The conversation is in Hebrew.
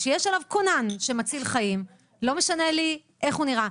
שיש עליו כונן שמציל חיים - לא משנה לי איך הוא נראה.